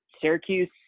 Syracuse